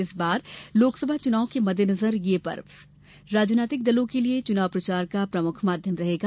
इस बार लोकसभा चुनाव के मददेनजर ये पर्व राजनीतिक दलों के लिए चुनाव प्रचार का प्रमुख माध्यम रहेगा